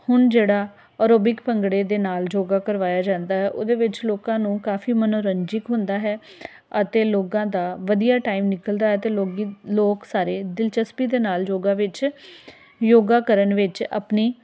ਹੁਣ ਜਿਹੜਾ ਆਰੋਬਿਕ ਭੰਗੜੇ ਦੇ ਨਾਲ ਯੋਗਾ ਕਰਵਾਇਆ ਜਾਂਦਾ ਹੈ ਉਹਦੇ ਵਿੱਚ ਲੋਕਾਂ ਨੂੰ ਕਾਫ਼ੀ ਮਨੋਰੰਜਕ ਹੁੰਦਾ ਹੈ ਅਤੇ ਲੋਕਾਂ ਦਾ ਵਧੀਆ ਟਾਈਮ ਨਿਕਲਦਾ ਹੈ ਅਤੇ ਲੋਗੀ ਲੋਕ ਸਾਰੇ ਦਿਲਚਸਪੀ ਦੇ ਨਾਲ ਯੋਗਾ ਵਿੱਚ ਯੋਗਾ ਕਰਨ ਵਿੱਚ ਆਪਣੀ